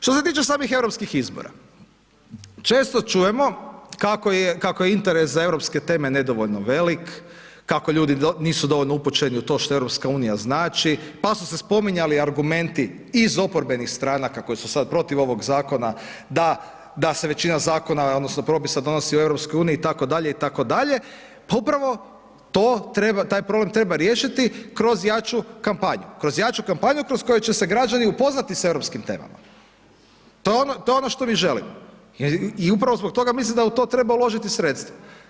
Što se tiče samih europskih izbora često čujemo kako je interes za europske teme nedovoljno velik, kako ljudi nisu dovoljno upućeni u to što EU znači, pa su se spominjali argumenti iz oporbenih stranaka koje su sada protiv ovog zakona da, da se većina zakona odnosno propisa donosi u EU itd., itd., pa upravo to, taj problem treba riješiti kroz jaču kampanju, kroz jaču kampanju kroz koju će se građani upoznati sa europskim temama, to je ono što mi želimo i upravo zbog toga mislim da u to treba uložiti sredstva.